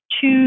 two